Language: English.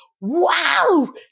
wow